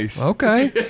Okay